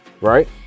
right